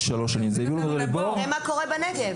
תראה מה קורה בנגב.